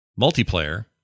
multiplayer